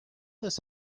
this